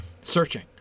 searching